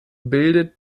bildet